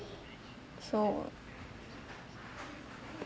so